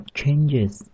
Changes 》 。